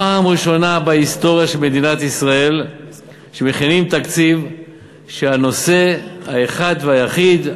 פעם ראשונה בהיסטוריה של מדינת ישראל שמכינים תקציב שהנושא האחד והיחיד,